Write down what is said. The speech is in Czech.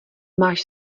máš